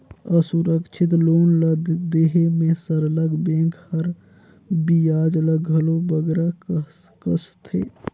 असुरक्छित लोन ल देहे में सरलग बेंक हर बियाज ल घलो बगरा कसथे